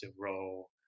role